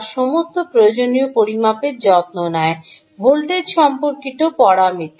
তা সমস্ত প্রয়োজনীয় পরিমাপের যত্ন নেয় ভোল্টেজ সম্পর্কিত পরামিতি